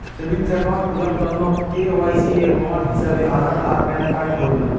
savings account খুলার তন্ন KYC এর প্রমাণ হিছাবে আধার আর প্যান কার্ড প্রয়োজন